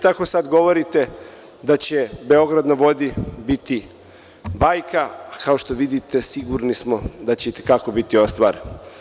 Tako sad govorite da će „Beograd na vodi“ biti bajka, kao što vidite, sigurni smo da će i te kako biti ostvaren.